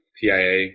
PIA